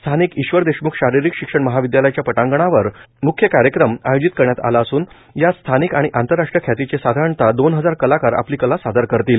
स्थानिक ईश्वर देशम्ख शारीरिक शिक्षण महाविद्यालयाच्या पटांगणावर म्ख्य कार्यक्रम आयोजित करण्यात आला असून यात स्थानिक आणि आंतरराष्ट्रीय ख्यातीचे साधारणतः दोन हजार कलाकार आपली कला सादर करतील